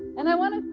and i want to